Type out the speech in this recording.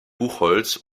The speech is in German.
buchholz